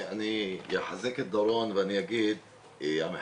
אני אחזק את דורון ואני אגיד שהמחיצות